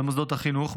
במוסדות החינוך,